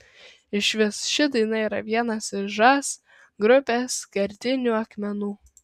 išvis ši daina yra vienas iš žas grupės kertinių akmenų